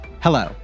Hello